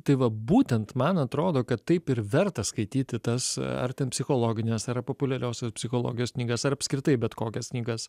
tai va būtent man atrodo kad taip ir verta skaityti tas ar ten psichologines ar populiariosios psichologijos knygas ar apskritai bet kokias knygas